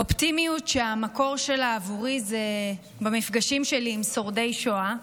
אופטימיות שהמקור שלה עבורי הוא במפגשים שלי עם שורדי שואה,